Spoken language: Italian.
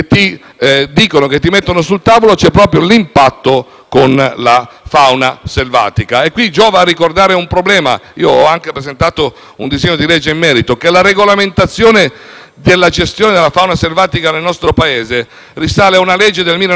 con la fauna selvatica. Giova qui ricordare un problema, in merito al quale io ho anche presentato un disegno di legge: la regolamentazione della gestione della fauna selvatica nel nostro Paese risale a una legge del 1992, quando la fauna selvatica era di natura diversa,